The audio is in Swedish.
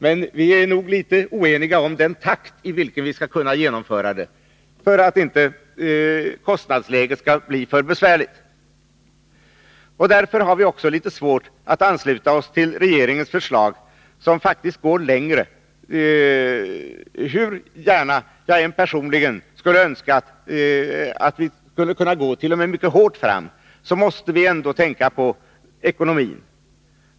Men vi är litet oeniga om den takt i vilken vi skall kunna genomföra åtgärderna för att inte kostnadsläget skall bli för besvärligt. Därför har vi också svårt att ansluta oss till regeringens förslag, som faktiskt går längre. Hur gärna jag personligen än skulle önska att vi t.o.m. skulle kunna gå än hårdare fram, måste vi ändå tänka på ekonomin.